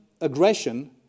aggression